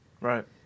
Right